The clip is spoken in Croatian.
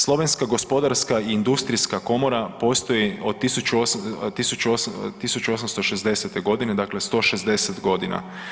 Slovenska gospodarska i industrijska komora postoji od 1860. godine, dakle 160 godina.